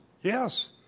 Yes